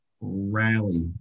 rally